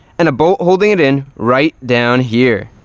and a bolt holding it in right down here.